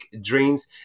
dreams